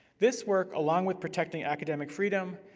this work, along with protecting academic freedom,